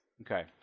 Okay